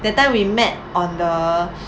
that time we met on the